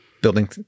Building